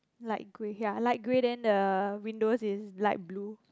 light grey ya light grey then the window is light blue